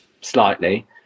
slightly